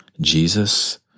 Jesus